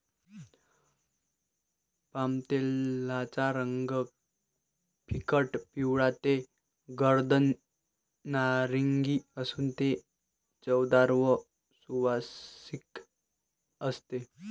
पामतेलाचा रंग फिकट पिवळा ते गर्द नारिंगी असून ते चवदार व सुवासिक असते